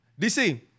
DC